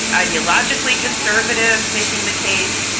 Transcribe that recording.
ideologically conservative making the case.